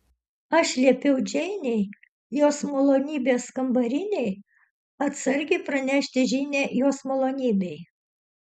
aš liepiau džeinei jos malonybės kambarinei atsargiai pranešti žinią jos malonybei